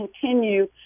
continue